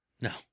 No